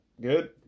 Good